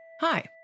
Hi